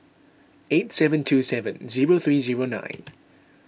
eight seven two seven zero three zero nine